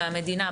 מהמדינה.